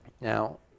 Now